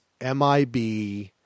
MIB